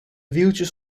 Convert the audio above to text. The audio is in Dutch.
wieltjes